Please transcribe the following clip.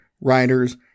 Writers